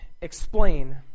explain